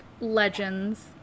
Legends